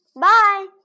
Bye